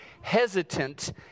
hesitant